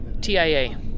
TIA